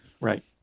Right